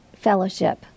fellowship